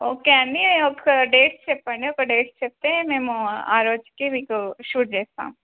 okay అండి ఒక dates చెప్పండి ఒక డేట్స్ చెప్తే మేము ఆ రోజుకి మీకు షూట్ చేస్తాం